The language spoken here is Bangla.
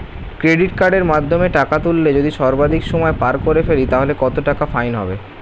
ক্রেডিট কার্ডের মাধ্যমে টাকা তুললে যদি সর্বাধিক সময় পার করে ফেলি তাহলে কত টাকা ফাইন হবে?